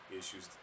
issues